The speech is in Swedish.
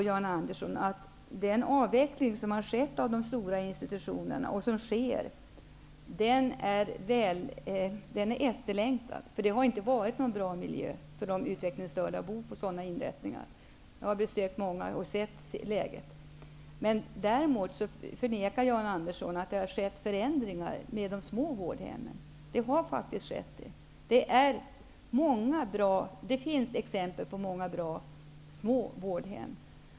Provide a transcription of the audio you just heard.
Jan Andersson, den avveckling som har skett och sker av de stora institutionerna är efterlängtad. Dessa institutioner har inte utgjort någon bra miljö för de utvecklingsstörda som har bott där. Jag har besökt många sådana inrättningar och sett läget. Däremot förnekar Jan Andersson att det har skett förändringar på de små vårdhemmen. Det har faktiskt skett sådana förändringar. Det finns exempel på många bra, små vårdhem.